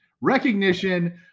Recognition